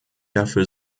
dafür